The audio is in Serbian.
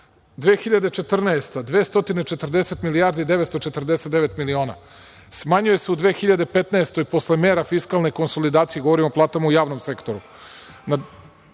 godina 240 milijardi 949 miliona, smanjuje se u 2015. godini posle mera fiskalne konsolidacije, govorim o platama u javnom sektoru